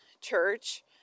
Church